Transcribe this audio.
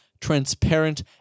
transparent